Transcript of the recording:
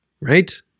right